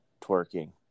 twerking